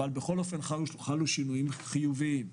אבל חלו שינויים חיוביים.